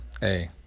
hey